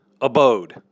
abode